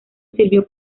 sirvió